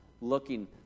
looking